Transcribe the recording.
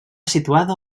situada